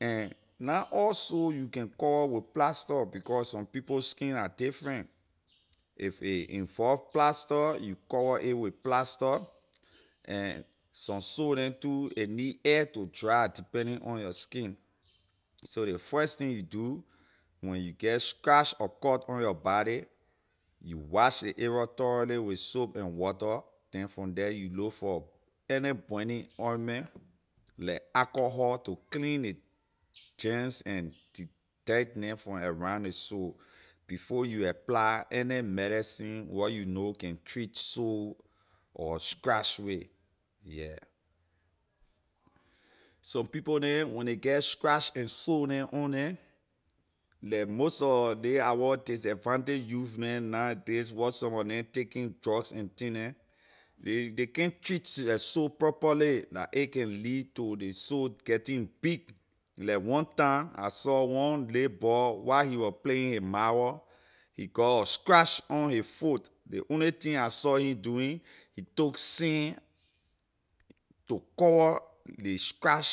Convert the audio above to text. And na all sore you can cover with plaster because some people skin are different if a involve plaster you you cover a with plaster and some sore neh too a need air to dry depending on your skin so ley first thing you do when you get scratch or cut on your body you wash ley area thoroughly with soap and water then from the you look for any burning ointment like alcohol to clean ley gems and de- dirt neh from around ley sore before you apply any medicine where you know can treat sore or scratch with yeah some people neh when ley get scratch and sore neh on neh like most sor our disadvantage youth neh nowadays where some mor neh taking drugs and thing neh ley ley can’t treat la sore properly la a can lead to ley sore getting big like one time I saw one lil boy while he wor playing his marble he got a scratch on his foot ley only thing I saw him doing he took sand to cover ley scratch